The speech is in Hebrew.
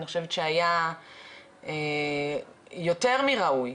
אני חושבת שהיה יותר מראוי,